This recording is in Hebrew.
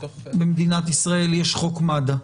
במדינת ישראל יש חוק מד"א.